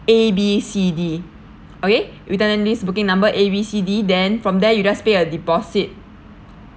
A B C D okay with this booking number A B C D then from there you just pay a deposit